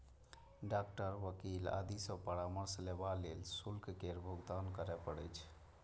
doctor, वकील आदि सं परामर्श लेबा लेल शुल्क केर भुगतान करय पड़ै छै